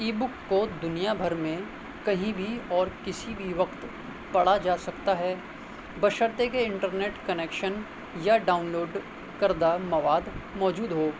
ای book کو دنیا بھر میں کہیں بھی اور کسی بھی وقت پڑھا جا سکتا ہے بشرطیکہ انٹرنیٹ کنیکشن یا ڈاؤن لوڈ کردہ مواد موجود ہو